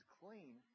clean